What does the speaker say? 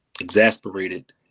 exasperated